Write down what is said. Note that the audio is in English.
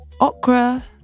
okra